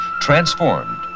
transformed